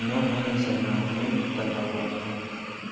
नभनेसम्म mute तय गर्नुहोस्